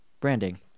branding